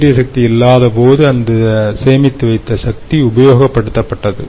சூரிய சக்தி இல்லாதபோது அந்த சேமித்து வைத்த சக்தி உபயோகப்படுத்தப்பட்டது